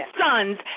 sons